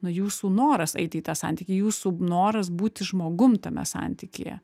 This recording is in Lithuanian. nu jūsų noras eiti į tą santykį jūsų noras būti žmogum tame santykyje